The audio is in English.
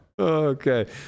okay